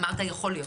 אמרת "יכול להיות".